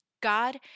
God